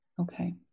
Okay